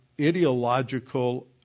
ideological